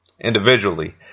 individually